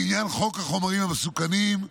לעניין חוק החומרים המסוכנים,